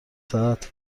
ساعت